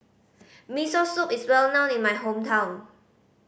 Miso Soup is well known in my hometown